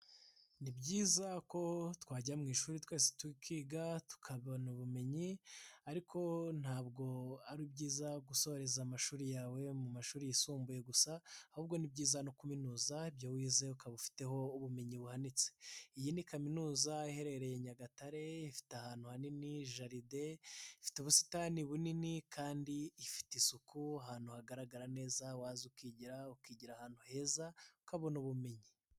Ni byiza ko twajya mu ishuri twese tukiga, tukabona ubumenyi, ariko ntabwo ari byiza gusoreza amashuri yawe mu mashuri yisumbuye gusa, ahubwo ni byiza no kaminuza ibyo wize ukabafiteho ubumenyi buhanitse. Iyi ni kaminuza iherereye Nyagatare ifite ahantu hanini, jaride ifite ubusitani bunini kandi ifite isuku ahantu hagaragara neza; waza ukigira ukigira ahantu heza ukabona ubumenyi.